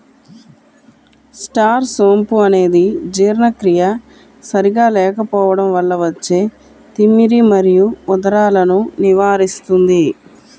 star సోంపు అనేది జీర్ణక్రియ సరిగా లేకపోవడం వల్ల వచ్చే తిమ్మిరి మరియు ఉదరాలను నివారిస్తుంది